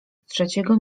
trzeciego